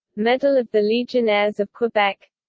medal of the legionnaires of quebec